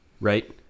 right